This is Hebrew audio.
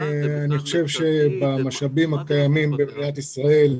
אני חושב שבמשאבים הקיימים במדינת ישראל,